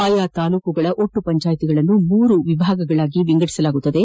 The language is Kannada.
ಆಯಾಯ ತಾಲ್ಲೂಕಿನ ಒಟ್ಟು ಪಂಚಾಯತಿಗಳನ್ನು ಮೂರು ವಿಭಾಗಗಳಾಗಿ ವಿಂಗಡಿಸಲಾಗುವುದು